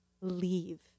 leave